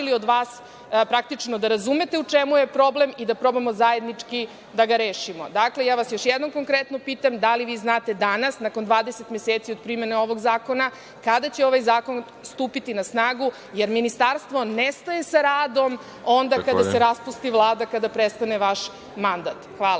tražili od vas, praktično, da razumete u čemu je problem i da probamo zajednički da ga rešimo. Dakle, ja vas još jednom konkretno pitam, da li vi znate danas nakon 20 meseci od primene ovog zakona kada će ovaj zakon stupiti na snagu, jer ministarstvo ne staje sa radom, onda kada se raspusti Vlada, kada prestane vaš mandat. Hvala.